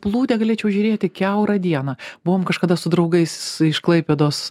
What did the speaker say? plūdę galėčiau žiūrėti kiaurą dieną buvom kažkada su draugais iš klaipėdos